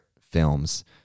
films